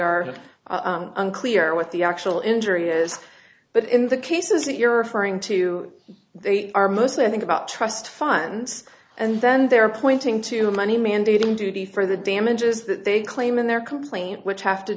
are unclear what the actual injury is but in the cases that you're referring to they are mostly i think about trust funds and then they're pointing to money mandating duty for the damages that they claim in their complaint which have to